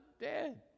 dead